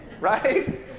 right